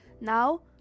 Now